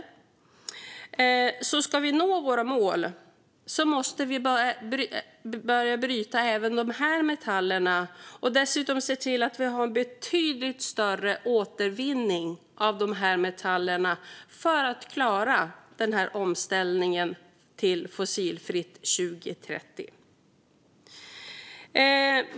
Om vi ska nå våra mål måste vi börja bryta även de metallerna och dessutom ha en betydligt större återvinning av metallerna för att klara omställningen till fossilfritt 2030.